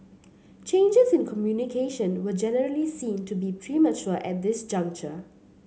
changes in communication were generally seen to be premature at this juncture